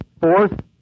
Fourth